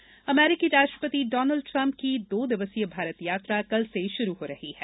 Trump दौरा अमरीकी राष्ट्रपति डोनाल्ड ट्रम्प की दो दिवसीय भारत यात्रा कल से शुरू हो रही है